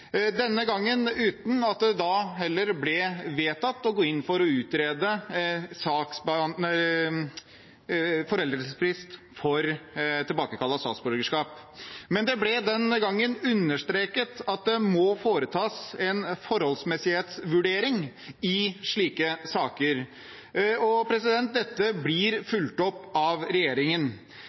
gangen ble det heller ikke vedtatt å gå inn for å utrede en foreldelsesfrist for tilbakekall av statsborgerskap, men det ble understreket at det må foretas en forholdsmessighetsvurdering i slike saker. Dette blir fulgt opp av regjeringen.